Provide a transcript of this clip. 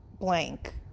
blank